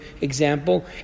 example